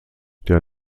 der